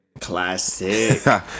Classic